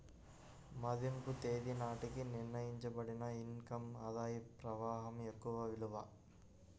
మదింపు తేదీ నాటికి నిర్ణయించబడిన ఇన్ కమ్ ఆదాయ ప్రవాహం యొక్క విలువ